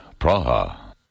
Praha